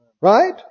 right